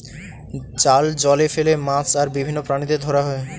জাল জলে ফেলে মাছ আর বিভিন্ন প্রাণীদের ধরা হয়